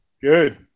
good